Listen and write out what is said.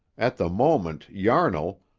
at the moment, yarnall,